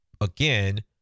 again